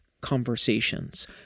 conversations